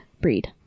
breed